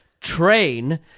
train